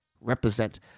Represent